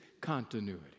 continuity